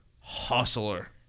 Hustler